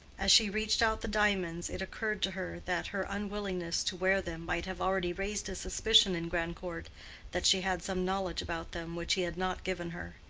as she reached out the diamonds, it occurred to her that her unwillingness to wear them might have already raised a suspicion in grandcourt that she had some knowledge about them which he had not given her.